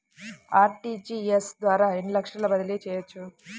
RTGS ద్వారా ఎన్ని లక్షలు బదిలీ చేయవచ్చు?